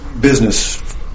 business